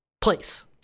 place